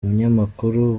umunyamakuru